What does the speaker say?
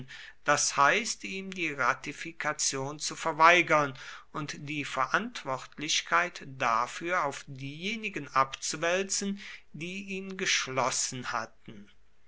das heißt ihm die ratifikation zu verweigern und die verantwortlichkeit dafür auf diejenigen abzuwälzen die ihn geschlossen hatten